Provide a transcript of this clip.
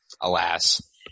alas